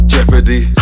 Jeopardy